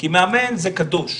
כי מאמן זה קדוש.